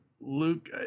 Luke